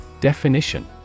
Definition